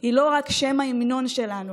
היא לא רק שם ההמנון שלנו.